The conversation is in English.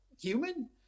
human